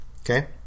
okay